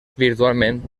virtualment